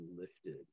lifted